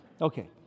Okay